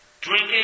Drinking